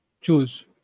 choose